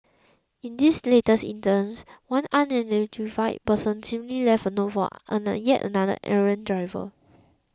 in this latest instance one unidentified person similarly left a note for yet another errant driver